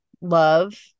love